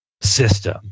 system